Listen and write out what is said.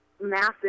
massive